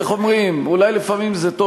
איך אומרים, אולי לפעמים זה טוב.